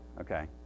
Okay